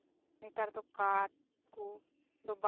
ᱱᱮᱛᱟᱨ ᱫᱚ ᱠᱟᱴᱷ ᱠᱚ